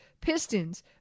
pistons